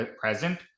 present